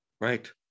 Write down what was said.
right